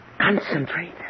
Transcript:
Concentrate